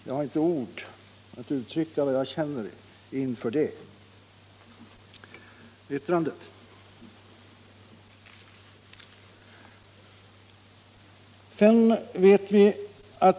Jag har inte ord för att uttrycka vad jag känner inför det yttrandet.